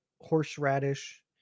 horseradish